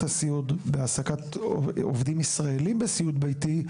הסיעוד בהעסקת עובדים ישראלים בסיעוד ביתי.